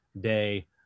day